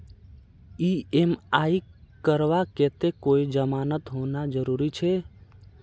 EMI करवार केते कोई जमानत होना जरूरी छे?